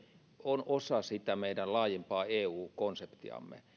on osa sitä meidän laajempaa eu konseptiamme